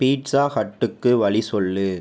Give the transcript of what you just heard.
pizza ஹட்டுக்கு வழி சொல்லு